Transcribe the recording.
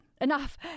Enough